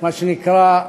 מה שנקרא,